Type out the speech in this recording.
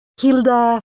Hilda